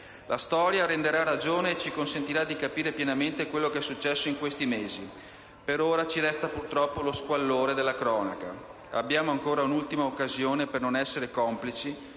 La storia renderà ragione e ci consentirà di capire pienamente quello che è successo in questi mesi. Per ora ci resta, purtroppo, lo squallore della cronaca. Abbiamo ancora un'ultima occasione per non essere complici,